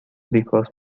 because